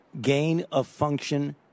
gain-of-function